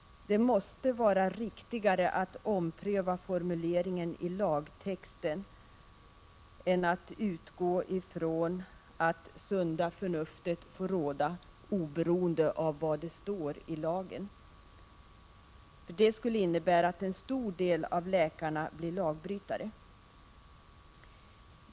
Det måste vara riktigare att ompröva formuleringen i lagtexten än att utgå i från att det sunda förnuftet får råda oberoende av vad som står i lagen. Det skulle innebära att en stor del av läkarna blir lagbrytare.